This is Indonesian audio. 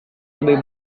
lebih